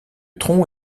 tronc